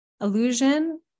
illusion